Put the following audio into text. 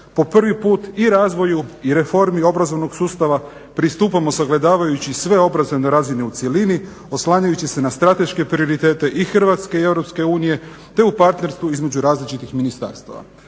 po prvi put i razvoju i reformi obrazovnog sustava pristupamo sagledavajući sve obrazovne razine u cjelini oslanjajući se na strateške prioritete i Hrvatske i EU te u partnerstvu između različitih ministarstava.